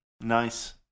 nice